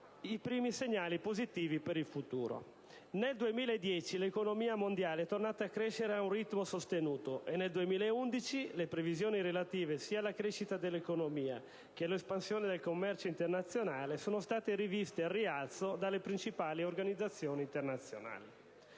i primi segnali positivi per il futuro. Nel 2010 l'economia mondiale è tornata a crescere a un ritmo sostenuto e nel 2011 le previsioni relative alla crescita dell'economia e all'espansione del commercio internazionale sono state riviste al rialzo dalle principali organizzazioni internazionali.